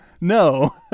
no